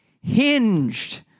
hinged